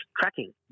tracking